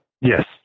Yes